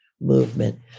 movement